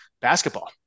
basketball